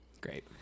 Great